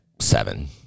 seven